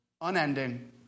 Unending